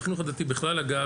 בחינוך הדתי בכלל אגב,